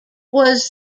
was